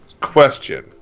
question